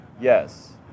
Yes